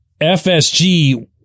FSG